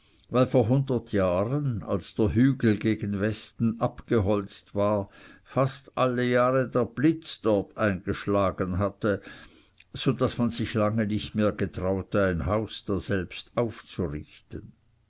weil vor hundert jahren als der hügel gegen westen abgeholzt war fast alle jahre der blitz dort eingeschlagen hatte so daß man sich lange nicht mehr getraute ein haus daselbst aufzurichten